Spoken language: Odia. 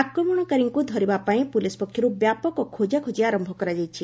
ଆକ୍ରମଣକାରୀମାନଙ୍କୁ ଧରିବା ପାଇଁ ପୁଲିସ୍ ପକ୍ଷରୁ ବ୍ୟାପକ ଖୋକାଖୋଜି ଆରମ୍ଭ କରାଯାଇଛି